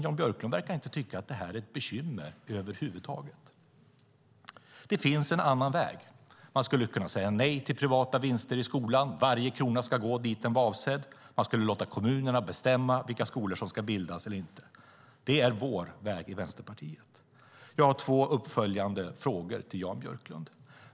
Jan Björklund verkar dock inte tycka att detta är ett bekymmer över huvud taget. Det finns en annan väg. Man skulle kunna säga nej till privata vinster i skolan; varje krona ska gå dit den är avsedd. Man skulle kunna låta kommunerna bestämma vilka skolor som ska bildas eller inte. Det är vår värld i Vänsterpartiet. Jag har två uppföljande frågor till Jan Björklund.